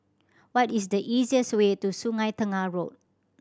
what is the easiest way to Sungei Tengah Road